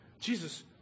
Jesus